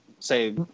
say